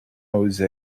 jose